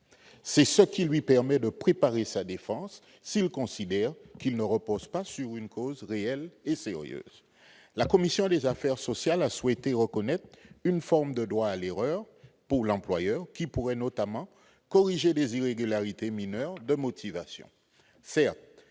C'est ce qui lui permet de préparer sa défense s'il considère que ce licenciement ne repose pas sur une cause réelle et sérieuse. La commission des affaires sociales a souhaité reconnaître à l'employeur une forme de droit à l'erreur : celui-ci pourrait notamment corriger des irrégularités mineures de motivation.